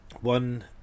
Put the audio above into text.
one